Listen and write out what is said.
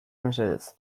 mesedez